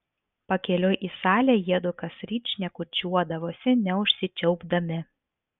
pakeliui į salę jiedu kasryt šnekučiuodavosi neužsičiaupdami